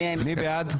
מי בעד?